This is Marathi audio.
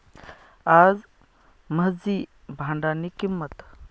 याज म्हंजी भाडानी किंमत